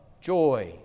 joy